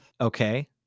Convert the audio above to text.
Okay